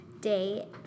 Day